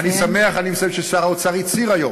אני שמח, אני מסיים ששר האוצר הצהיר היום,